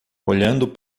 olhando